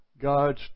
God's